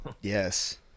Yes